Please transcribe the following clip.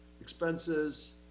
expenses